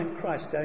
Christ